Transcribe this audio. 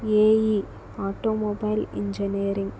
ae automobile engineering